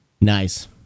Nice